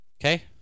okay